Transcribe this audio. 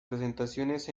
presentaciones